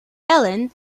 ellen